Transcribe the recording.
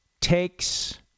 takes